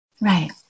Right